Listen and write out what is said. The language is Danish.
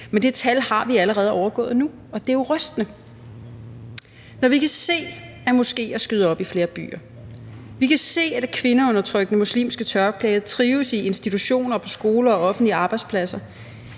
Men det tal har vi allerede overgået nu, og det er jo rystende, når vi kan se, at moskéer skyder op i flere byer, vi kan se, at det kvindeundertrykkende muslimske tørklæde trives på institutioner og skoler og offentlige arbejdspladser,